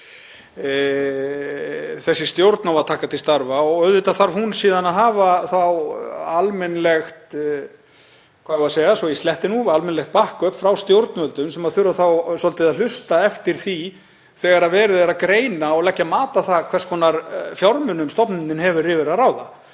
þessi stjórn á að taka til starfa. Auðvitað þarf hún síðan að hafa almennilegt, svo að ég sletti nú, „back up“ frá stjórnvöldum sem þurfa þá svolítið að hlusta eftir því þegar verið er að greina og leggja mat á það hvers konar fjármunum stofnunin hefur yfir að ráða.